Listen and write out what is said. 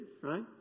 right